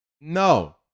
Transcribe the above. No